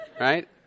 right